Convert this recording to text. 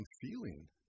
feeling